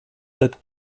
that